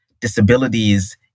disabilities